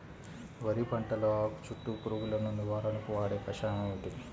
వరి పంటలో ఆకు చుట్టూ పురుగును నివారణకు వాడే కషాయం ఏమిటి?